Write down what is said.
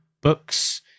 books